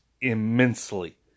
immensely